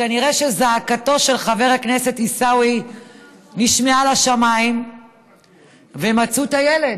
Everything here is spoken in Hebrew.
כנראה שזעקתו של חבר הכנסת עיסאווי נשמעה בשמיים ומצאו את הילד,